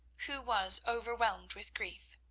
who was overwhelmed with grief.